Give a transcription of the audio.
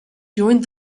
joined